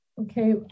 Okay